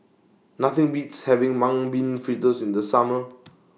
Nothing Beats having Mung Bean Fritters in The Summer